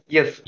Yes